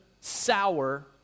sour